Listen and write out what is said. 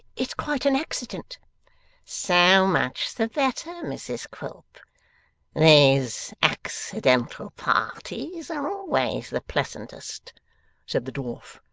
it's quite an accident so much the better, mrs quilp these accidental parties are always the pleasantest said the dwarf,